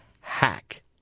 Hack